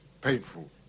painful